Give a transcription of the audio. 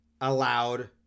allowed